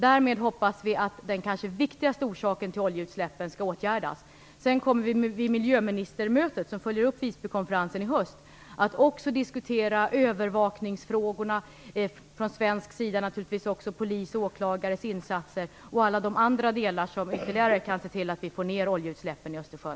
Därmed hoppas vi att den kanske viktigaste orsaken till oljeutsläppen skall åtgärdas. Vid miljöministermötet i höst, som följer upp Visbykonferensen, kommer vi också att diskutera övervakningsfrågorna, från svensk sida naturligtvis också polis och åklagares insatser och alla de andra delar som ytterligare kan medföra att vi får ned oljeutsläppen i Östersjön.